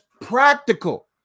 practical